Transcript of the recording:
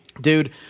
Dude